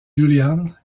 julian